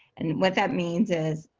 and what that means is,